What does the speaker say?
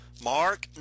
Mark